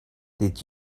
did